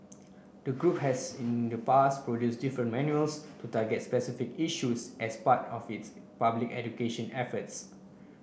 the group has in the past produced different manuals to target specific issues as part of its public education efforts